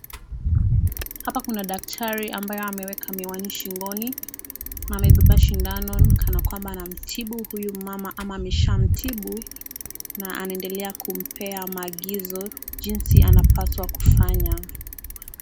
Hapa kuna daktari ambayo ameweka miwani shingoni, na amebeba shindano kana kwamba anamtibu huyu mama ama ameshaa mitibu, na anaendelea kumpa maagizo jinsi anapaswa kufanya.